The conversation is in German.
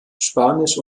spanisch